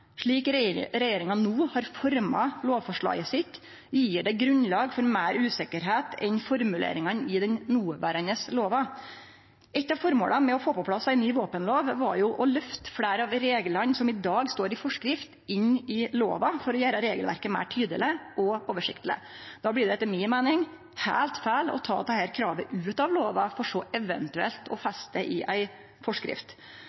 Slik regjeringa no har forma lovframlegget sitt, gjev det grunnlag for meir usikkerheit enn formuleringane i den noverande lova. Eitt av føremåla med å få på plass ei ny våpenlov var jo å ta fleire av reglane som i dag står i forskrift, inn i lova for å gjere regelverket meir tydeleg og oversiktleg. Då blir det etter mi meining heilt feil å ta dette kravet ut av lova for eventuelt å regulere det i ei forskrift.